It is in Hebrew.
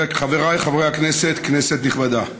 חבריי חברי הכנסת, כנסת נכבדה,